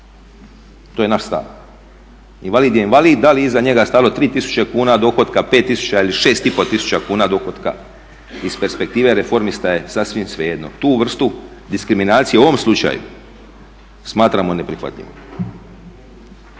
to je naš stav, invalid je invalid, da li iza njega stalo 3.000 kuna dohotka, 5.000 ili 6.500 kuna dohotka iz perspektive Reformista je sasvim svejedno. Tu vrstu diskriminacije u ovom slučaju smatramo neprihvatljivom.